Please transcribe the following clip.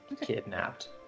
kidnapped